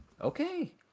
Okay